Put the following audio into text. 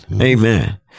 Amen